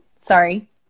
Sorry